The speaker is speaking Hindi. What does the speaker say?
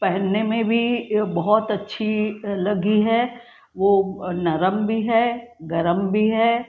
पहनने में भी बहुत अच्छी लगी है वो नर्म भी है गर्म भी है